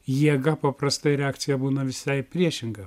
jėga paprastai reakcija būna visai priešinga